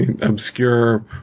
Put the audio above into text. obscure